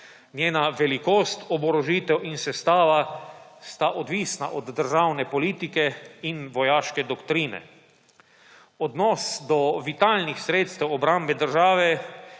Njena velikost, oborožitev in sestava sta odvisni od državne politike in vojaške doktrine. Odnos do vitalnih sredstev obrambe države